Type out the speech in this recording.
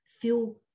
feel